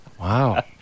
Wow